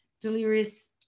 delirious